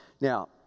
Now